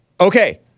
Okay